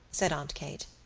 said aunt kate.